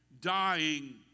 dying